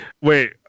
Wait